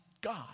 God